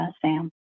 Sam